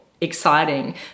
exciting